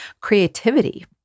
creativity